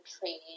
training